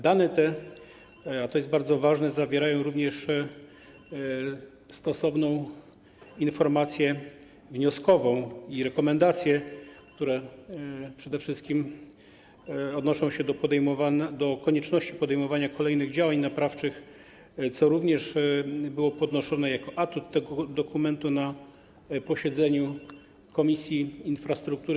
Dane te, a to jest bardzo ważne, zawierają również stosowną informację wnioskową i rekomendacje, które przede wszystkim odnoszą się do konieczności podejmowania kolejnych działań naprawczych, co również było podnoszone jako atut tego dokumentu na posiedzeniu Komisji Infrastruktury.